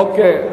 אוקיי,